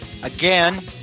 Again